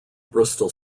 bristol